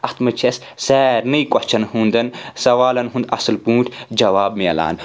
اتھ منٛز چھِ اسہِ سارنٕے کوسچَن ہُنٛدَن سوالَن ہُنٛد اصل پٲٹھۍ جواب ملان